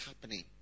happening